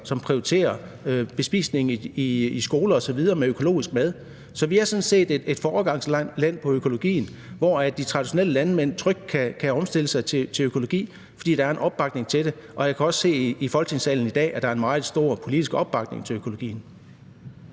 som prioriterer bespisning med økologisk mad i skoler osv. Så vi er sådan set et foregangsland på økologien, og de traditionelle landmænd kan trygt omstille sig til økologi, fordi der er opbakning til det. Jeg kan også se i Folketingssalen i dag, at der er en meget stor politisk opbakning til økologien.